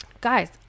guys